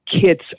kits